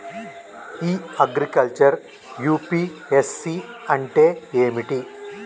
ఇ agriculture UPSC అంటే ఏమిటి?